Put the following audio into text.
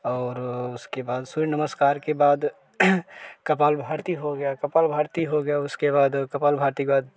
और उसके बाद सूर्य नमस्कार के बाद कपाल भारती हो गया कपाल भारती हो गया उसके बाद कपाल भारती के बाद